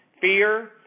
fear